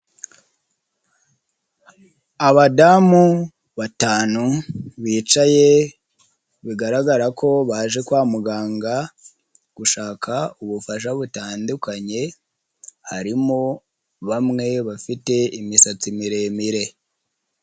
Abadamu batanu bicaye bigaragara ko baje kwa muganga gushaka ubufasha butandukanye, harimo bamwe bafite imisatsi miremire.